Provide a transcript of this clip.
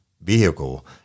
vehicle –